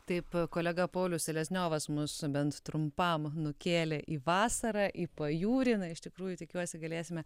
taip kolega paulius selezniovas mus bent trumpam nukėlė į vasarą į pajūrį na iš tikrųjų tikiuosi galėsime